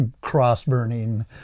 cross-burning